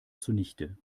zunichte